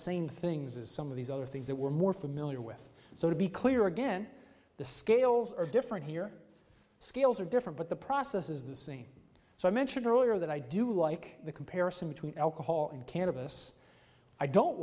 same things as some of these other things that we're more familiar with so to be clear again the scales are different here scales are different but the process is the same so i mentioned earlier that i do like the comparison between alcohol and cannabis i don't